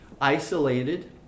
isolated